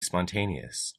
spontaneous